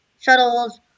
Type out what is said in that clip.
shuttles